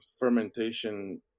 fermentation